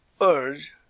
urge